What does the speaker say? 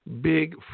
big